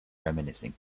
reminiscing